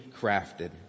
crafted